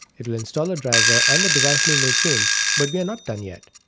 it will install a driver and the device name will change but we are not done yet.